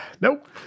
Nope